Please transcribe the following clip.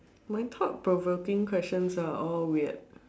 my top provoking questions are all weird